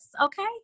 Okay